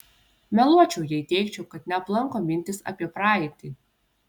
meluočiau jei teigčiau kad neaplanko mintys apie praeitį